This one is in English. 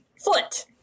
foot